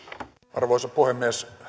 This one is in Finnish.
arvoisa puhemies